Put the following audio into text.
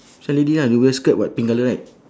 so lady ah you wear skirt [what] pink colour right